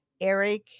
Eric